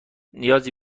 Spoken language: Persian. نیازی